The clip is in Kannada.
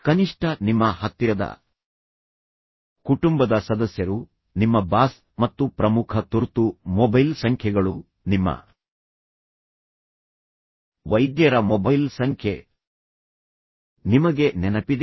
ಕನಿಷ್ಠ ನಿಮ್ಮ ಹತ್ತಿರದ ಕುಟುಂಬದ ಸದಸ್ಯರು ನಿಮ್ಮ ಬಾಸ್ ಮತ್ತು ಪ್ರಮುಖ ತುರ್ತು ಮೊಬೈಲ್ ಸಂಖ್ಯೆಗಳು ನಿಮ್ಮ ವೈದ್ಯರ ಮೊಬೈಲ್ ಸಂಖ್ಯೆ ನಿಮಗೆ ನೆನಪಿದೆಯೇ